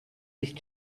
ich